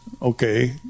Okay